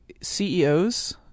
CEOs